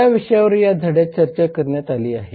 या विषयांवर या धड्यात चर्चा करण्यात आली आहे